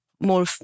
more